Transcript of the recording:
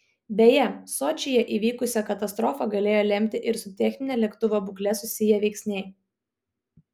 beje sočyje įvykusią katastrofą galėjo lemti ir su technine lėktuvo būkle susiję veiksniai